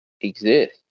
exist